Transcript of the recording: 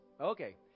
okay